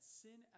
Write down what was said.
sin